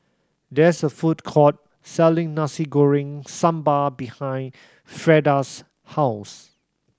there is a food court selling Nasi Goreng Sambal behind Frieda's house